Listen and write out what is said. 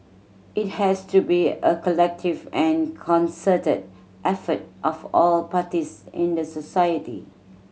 it has to be a collective and concerted effort of all parties in the society